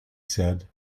said